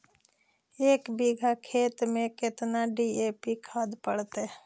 एक बिघा खेत में केतना डी.ए.पी खाद पड़तै?